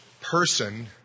person